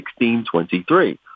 1623